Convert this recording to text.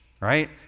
right